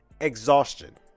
Exhaustion